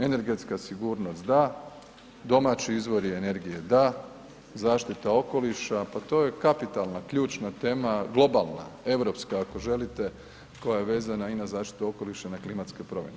Energetska sigurnost, da, domaći izvori energije, da, zaštita okoliša, pa to je kapitalna, ključna tema, globalna, europska, ako želite, koja je vezana i na zaštitu okoliša i na klimatske promjene.